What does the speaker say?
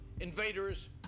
invaders